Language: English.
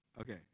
Okay